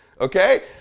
Okay